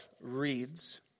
reads